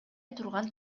турган